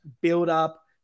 build-up